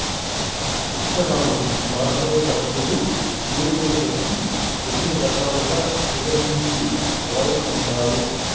విత్తనాలు నాటేటప్పుడు భూమిని బట్టి ఎన్ని రకాలుగా విభజించి వాడుకుంటారు?